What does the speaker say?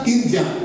India